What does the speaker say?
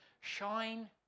Shine